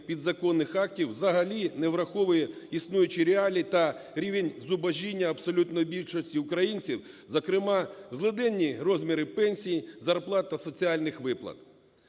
підзаконних актів, взагалі не враховує існуючі реалії та рівень зубожіння абсолютної більшості українців, зокрема, злиденні розміри пенсій, зарплат та соціальних виплат.